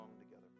together